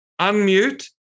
unmute